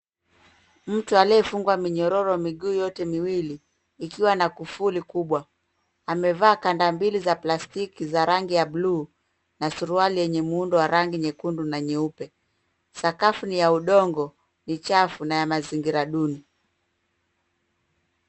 Mtu aliyefungwa minyororo miguu yote miwili ikiwa na kufuli kubwa amevaa labda mbili za plastiki za rangi ya bluu na suruali yenye muundo wa rangi nyekundu na nyeupe. Sakafu ni ya udongo, ni chafu na ya mazingira duni.